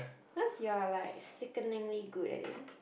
cause you're like sickeningly good at it